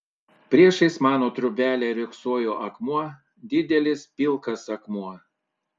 priešais mano trobelę riogsojo akmuo didelis pilkas akmuo